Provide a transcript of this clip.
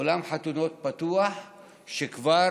אולם חתונות פתוח שכבר